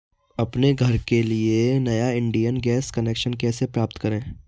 अपने घर के लिए नया इंडियन गैस कनेक्शन कैसे प्राप्त करें?